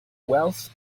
wealth